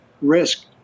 risk